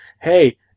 hey